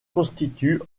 constitue